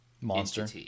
monster